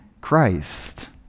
Christ